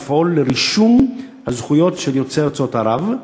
שהייתה אמורה לפעול לרישום הזכויות של יוצאי ארצות ערב.